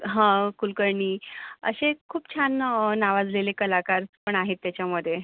हं कुलकर्णी असे खूप छान नावाजलेले कलाकार पण आहेत त्याच्यामध्ये